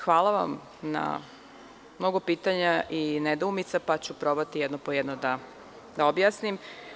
Hvala vam na mnogo pitanja i nedoumica, pa ću probati jedno po jedno da objasnim.